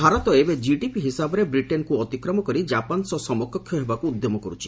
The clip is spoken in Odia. ଭାରତ ଏବେ ଜିଡିପି ହିସାବରେ ବ୍ରିଟେନ୍କୁ ଅତିକ୍ରମ କରି ଜାପାନ ସହ ସମକକ୍ଷ ହେବାକୁ ଉଦ୍ୟମ କରୁଛି